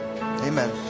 Amen